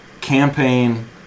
campaign